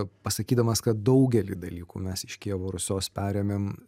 pasakydamas kad daugelį dalykų mes iš kijevo rusios perėmėm